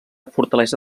fortalesa